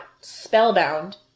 spellbound